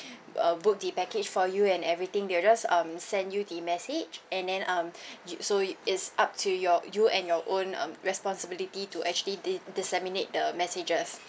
uh booked the package for you and everything they'll just um send you the message and then um you so it's up to your you and your own um responsibility to actually di~ disseminate the messages